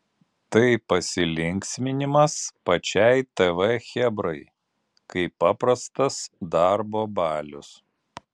tai pasilinksminimas pačiai tv chebrai kaip paprastas darbo balius